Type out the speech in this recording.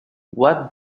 what